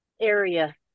area